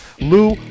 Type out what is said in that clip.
Lou